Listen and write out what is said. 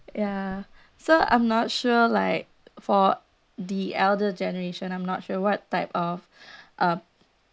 ya so I'm not sure like for the elder generation I'm not sure what type of um